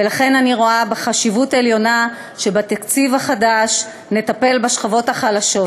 ולכן אני רואה חשיבות עליונה בכך שבתקציב נטפל בשכבות החלשות.